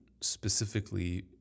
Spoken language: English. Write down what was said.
specifically